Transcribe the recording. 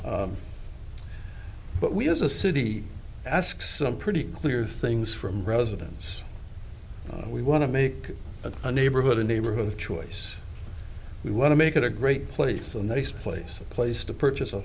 point but we as a city ask some pretty clear things from residence we want to make a neighborhood a neighborhood of choice we want to make it a great place a nice place a place to purchase a